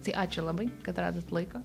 tai ačiū labai kad radot laiko